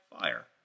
fire